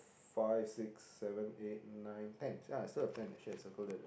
five six seven eight nine ten ya I still have ten actually I circle them